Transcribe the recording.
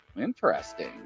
Interesting